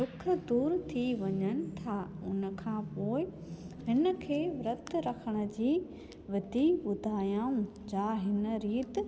दुखु दुरि थी वञनि था उन खां पोइ हिनखे विर्तु त रखण जी विधि ॿुधायऊं जा हिन रीत